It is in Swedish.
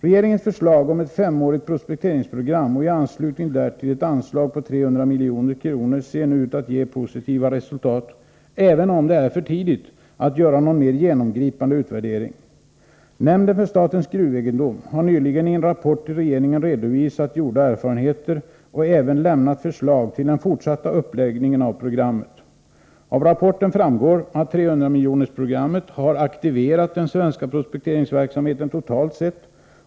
Regeringens förslag om ett femårigt prospekteringsprogram och i anslutning därtill ett anslag på 300 milj.kr. ser nu ut att ge positiva resultat, även om det är för tidigt att göra någon mera genomgripande utvärdering. Nämnden för statens gruvegendom har nyligen i en rapport till regeringen redovisat gjorda erfarenheter och även lämnat förslag till den fortsatta uppläggningen av programmet. Av rapporten framgår att 300 miljonersprogrammet har aktiverat den svenska prospekteringsverksamheten totalt sett.